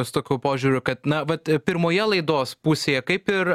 su tokiu požiūriu kad na vat pirmoje laidos pusėje kaip ir